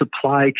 supply